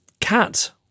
cat